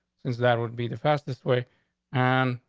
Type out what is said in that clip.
since that would be the fastest way and